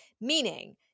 Meaning